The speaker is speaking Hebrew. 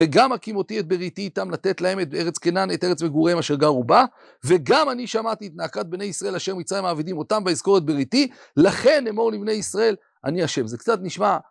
וגם הקים אותי את בריתי איתם, לתת להם את ארץ כנען, את ארץ מגוריהם אשר גרו בה, וגם אני שמעתי את נאקת בני ישראל, אשר מצרים מעבידים אותם ואזכור את בריתי, לכן אמור לבני ישראל, אני אשם. זה קצת נשמע.